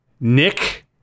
nick